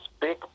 big